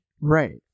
Right